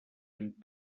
amb